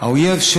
האויב של